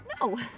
no